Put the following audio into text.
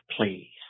please